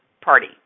party